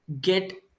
get